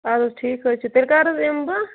اَدٕ حظ ٹھیٖک حظ چھِ تیٚلہِ کَر حظ یِم بہٕ